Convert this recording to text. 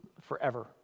forever